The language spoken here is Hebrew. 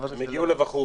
--- הם הגיעו לוועחו"ב.